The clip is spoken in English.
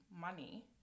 money